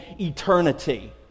eternity